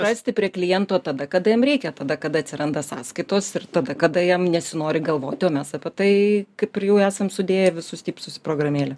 rasti prie kliento tada kada jam reikia tada kada atsiranda sąskaitos ir tada kada jam nesinori galvoti o mes apie tai kaip ir jų esam sudėję visus tipsus į programėlę